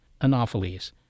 Anopheles